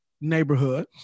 neighborhood